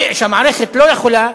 והמערכת לא יכולה,